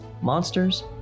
monsters